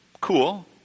cool